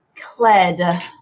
Cled